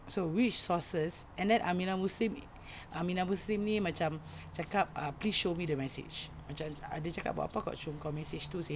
so which sources and then Aminah Muslim Aminah Muslim ni macam cakap uh please show me the message macam dia ada cakap buat apa aku nak show kau message tu seh